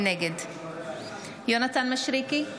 נגד יונתן מישרקי,